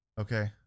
Okay